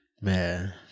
man